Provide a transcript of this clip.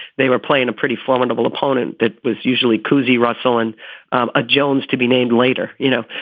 they were playing a pretty formidable opponent. that was usually cousy, russell and um ah jones to be named later. you know,